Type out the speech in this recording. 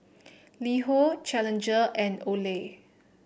LiHo Challenger and Olay